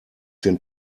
den